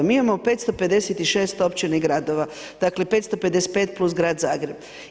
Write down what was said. Mi imamo 556 općina i gradova, dakle 555 plus Grad Zagreb.